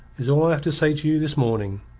is all i have to say to you this morning.